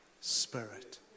spirit